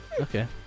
Okay